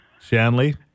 Shanley